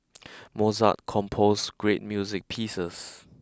Mozart composed great music pieces